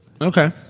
Okay